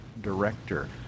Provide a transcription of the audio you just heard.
director